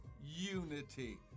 unity